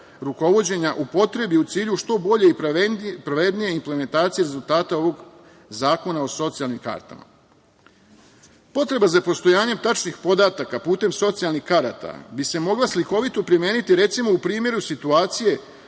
rukovođenja upotrebi u cilju što bolje i pravednije implementacije rezultata ovog zakona o socijalnim kartama. Potreba za postojanjem tačnih podataka putem socijalnih karata bi se mogla slikovito primeni recimo u primeru situacije